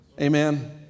Amen